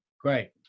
Great